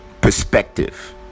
perspective